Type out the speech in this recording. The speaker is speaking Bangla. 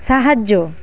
সাহায্য